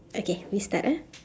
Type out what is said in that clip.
okay we start ah